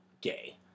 gay